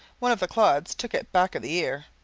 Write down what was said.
one of the clods took it back of the ear,